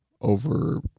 over